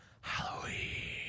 Halloween